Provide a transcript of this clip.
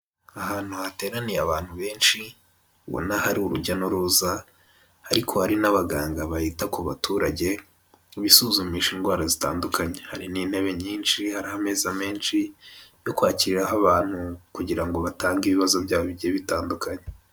Ahantu hateraniye abantu benshi ubona hari urujya n'uruza ariko hari n'abaganga bita ku baturage bisuzumisha indwara zitandukanye. Hari n'intebe nyinshi, hari ameza menshi yo kwakiriraho abantu kugira ngo batange ibibazo byabo bigiye bitandukanye.